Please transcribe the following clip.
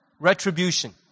retribution